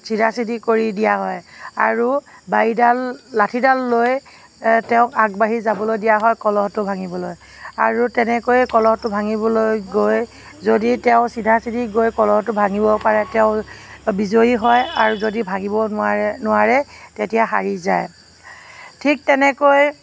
চিধা চিধি কৰি দিয়া হয় আৰু মাৰিডাল লাঠিডাল লৈ তেওঁক আগবাঢ়ি যাবলৈ দিয়া হয় কলহটো ভাঙিবলৈ আৰু তেনেকৈয়ে কলহটো ভাঙিবলৈ গৈ যদি তেওঁ চিধা চিধি গৈ কলহটো ভাঙিব পাৰে তেওঁ বিজয়ী হয় আৰু যদি ভাঙিব নোৱাৰে নোৱাৰে তেতিয়া হাৰি যায় ঠিক তেনেকৈ